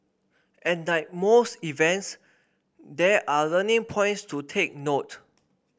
and like most events there are learning points to take note